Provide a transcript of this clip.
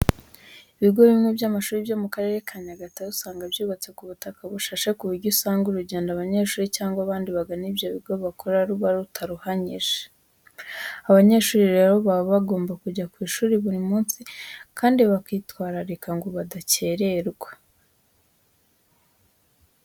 Ibigo bimwe by'amashuri byo mu Karere ka Nyagatare usanga byubatse ku butaka bushashe ku buryo usanga urugendo abanyeshuri cyangwa abandi bagana ibyo bigo bakora ruba rutaruhanyije. Abanyeshuri rero baba bagomba kujya ku ishuri buri munsi kandi bakitwararika ngo badakererwa.